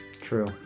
True